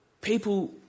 people